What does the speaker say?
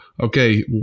okay